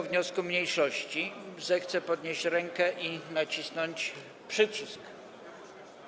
wniosku mniejszości, zechce podnieść rękę i nacisnąć przycisk.